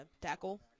tackle